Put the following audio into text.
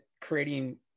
creating